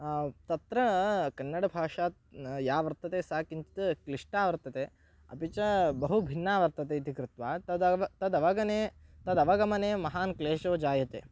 तत्र कन्नडभाषात् या वर्तते सा किञ्चित् क्लिष्टा वर्तते अपि च बहुभिन्ना वर्तते इति कृत्वा तत् अव् तदवगमने तदवगमने महान् क्लेशो जायते